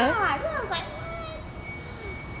ya then I was like what